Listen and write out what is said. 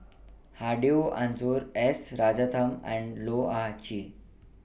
Hedwig Anuar S Rajaratnam and Loh Ah Chee